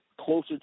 closer